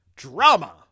Drama